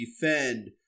defend